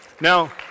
Now